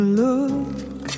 look